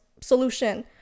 solution